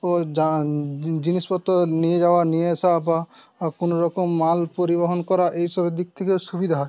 জিনিসপত্র নিয়ে যাওয়া নিয়ে আসা বা কোনো রকম মাল পরিবহন করা এইসব দিক থেকে সুবিধা হয়